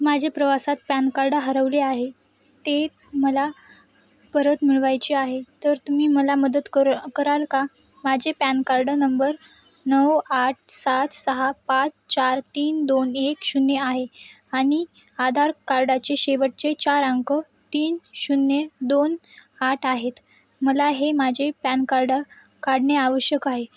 माझे प्रवासात PAN card हरवले आहे ते मला परत मिळवायचे आहे तर तुम्ही मला मदत कर कराल का माझे पॅन कार्ड नंबर नऊ आठ सात सहा पाच चार तीन दोन एक शून्य आहे आणि आधार कार्डाचे शेवटचे चार अंक तीन शून्य दोन आठ आहेत मला हे माझे पॅन कार्ड काढणे आवश्यक आहे